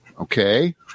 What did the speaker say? Okay